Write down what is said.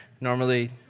Normally